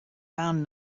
found